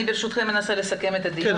אני ברשותכם אנסה לסכם את הדיון -- אני